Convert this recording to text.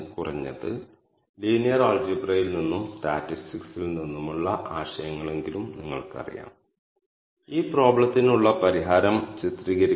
അതുപോലെ 2 3 വരികൾ ക്ലസ്റ്ററിനെക്കുറിച്ചുള്ള വിവരങ്ങളെ പ്രതിനിധീകരിക്കുന്നു